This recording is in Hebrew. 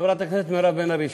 חברת הכנסת מירב בן ארי,